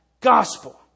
gospel